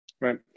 Right